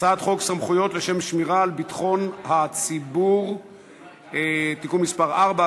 הצעת חוק סמכויות לשם שמירה על ביטחון הציבור (תיקון מס' 4),